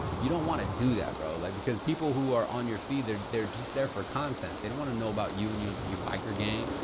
you don't want to do that, bro, like because people who are on your feed, they're they're just there for content. they don't want to know about you and your biker gang.